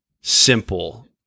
simple